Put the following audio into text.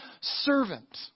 servant